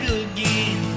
again